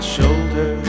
shoulder